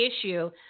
issue